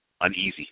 uneasy